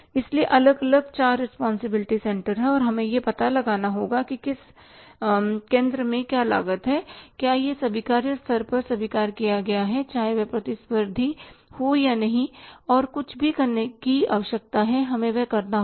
इसलिए अलग अलग चार रिस्पांसिबिलिटी सेंटर हैं और हमें यह पता लगाना होगा कि किस केंद्र में क्या लागत है क्या यह स्वीकार्य स्तर पर स्वीकार किया गया है चाहे वह प्रतिस्पर्धी हो या नहीं और कुछ भी करने की आवश्यकता है हमें वह करना होगा